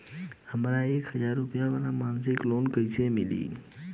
हमरा एक हज़ार रुपया वाला मासिक लोन कईसे मिली?